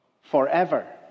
forever